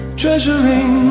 treasuring